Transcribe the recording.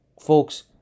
Folks